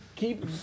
keep